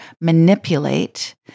manipulate